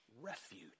refuge